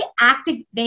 activate